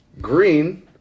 green